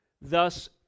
Thus